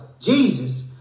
Jesus